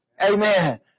Amen